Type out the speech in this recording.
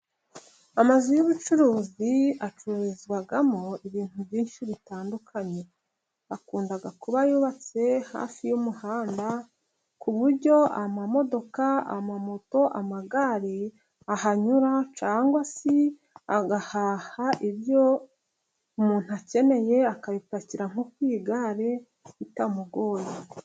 Amazu y'ubucuruzi acururizwamo ibintu byinshi bitandukanye. Akunda kuba yubatswe hafi y'umuhanda, ku buryo amamodoka, amamoto, amagare, ahanyura cyangwa se agahaha ibyo umuntu akeneye, akabipakira nko ku igare bitamugoye.